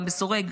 גם בשורק,